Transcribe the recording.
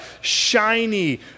shiny